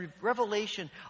revelation